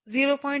Vv 2